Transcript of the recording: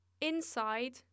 inside